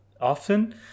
often